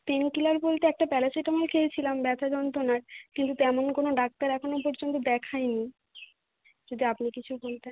pain killer বলতে একটা paracetamol খেয়েছিলাম ব্যথা যন্ত্রনার কিন্তু তেমন কোনো ডাক্তার এখনো পর্যন্ত দেখাই নি যদি আপনি কিছু দেন তা